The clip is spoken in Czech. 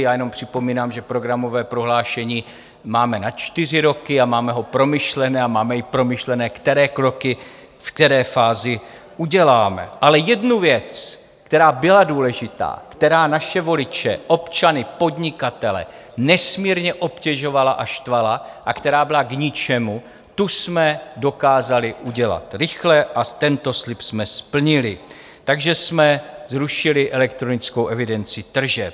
Já jenom připomínám, že programové prohlášení máme na čtyři roky a máme ho promyšlené a máme i promyšlené, které kroky v které fázi uděláme, ale jednu věc, která byla důležitá, která naše voliče, občany, podnikatele nesmírně obtěžovala a štvala a která byla k ničemu, tu jsme dokázali udělat rychle a tento slib jsme splnili, takže jsme zrušili elektronickou evidenci tržeb.